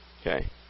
Okay